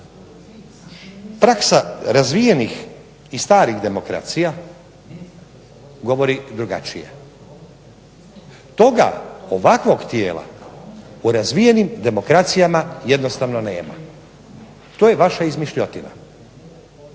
Praksa razvijenih i starih demokracija govori drugačije. Toga ovakvog tijela u razvijenim demokracijama jednostavno nema, to je vaša izmišljotina,